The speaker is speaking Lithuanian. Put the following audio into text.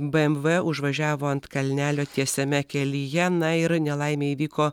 bmw užvažiavo ant kalnelio tiesiame kelyje na ir nelaimė įvyko